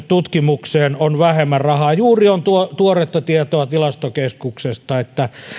tutkimukseen on vähemmän rahaa juuri on tuoretta tietoa tilastokeskuksesta että